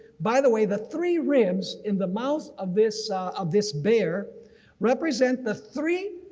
by the way, the three ribs in the mouth of this of this bear represent the three